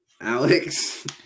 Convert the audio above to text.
Alex